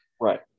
Right